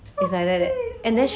chopstick